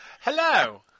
Hello